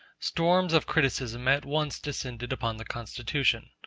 storms of criticism at once descended upon the constitution.